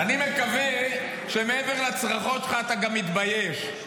אני מקווה שמעבר לצרחות שלך, אתה גם מתבייש.